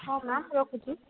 ହଁ ମ୍ୟାମ୍ ରଖୁଛି